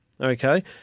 okay